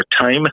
time